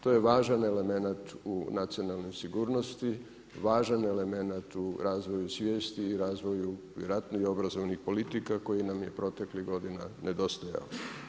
To je važan elemenat u nacionalnoj sigurnosti, važan elemenat u razvoju svijesti i razvoju vjerojatno i obrazovnih politika koje nam je proteklih godina nedostajalo.